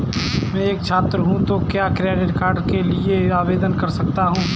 मैं एक छात्र हूँ तो क्या क्रेडिट कार्ड के लिए आवेदन कर सकता हूँ?